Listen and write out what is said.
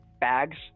bags